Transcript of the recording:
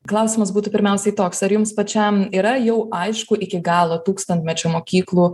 klausimas būtų pirmiausiai toks ar jums pačiam yra jau aišku iki galo tūkstantmečio mokyklų